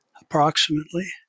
approximately